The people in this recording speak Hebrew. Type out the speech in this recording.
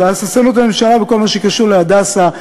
זה הססנות הממשלה בכל מה שקשור ל"הדסה".